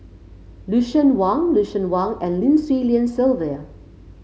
Lucien Wang Lucien Wang and Lim Swee Lian Sylvia